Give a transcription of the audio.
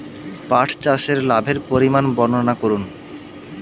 পাঠ চাষের লাভের পরিমান বর্ননা করুন?